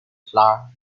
fleurs